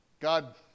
God